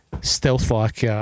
stealth-like